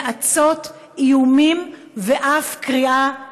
נאצות, איומים ואף קריאה לאלימות.